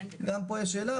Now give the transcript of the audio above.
גם פה יש שאלה,